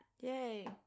Yay